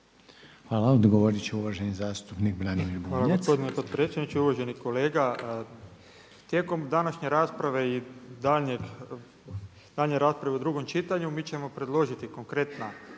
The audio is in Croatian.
Hvala. Odgovoriti će uvaženi zastupnik Branimir Bunjac. **Bunjac, Branimir (Živi zid)** Hvala gospodine potpredsjedniče. Uvaženi kolega, tijekom današnje rasprave i daljnje rasprave u drugom čitanju mi ćemo predložiti konkretna